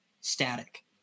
static